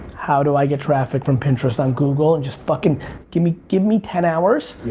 how do i get traffic from pinterest on google? and just fucking give me give me ten hours.